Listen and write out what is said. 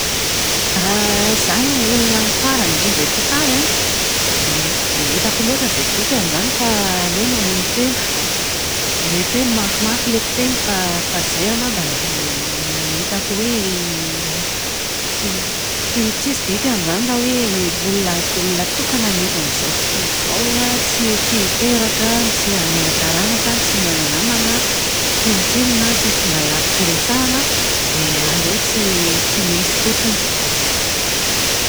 Raha zaho no olona farany indrindra eto an-tany an, dia tsy dia hitako loatra izay dikany izany fa aleo mamono tena Mety hoe mafimafy ilay fiteny fa fa izay angamba no hitako hoe tsy tsy tsisy dikany izany raha hoe olona tokana no eto amin'izao tontolo izao tsy tsy hiteraka, tsy hanana taranaka, tsy mana-namana, tsinontsinona, tsisy mba afaka iresahana. Dia aleo tsy tsy misy fotsiny.